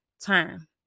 time